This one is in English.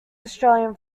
australian